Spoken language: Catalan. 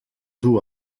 duu